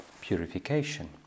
purification